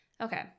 Okay